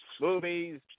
movies